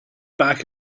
back